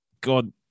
God